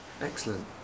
Excellent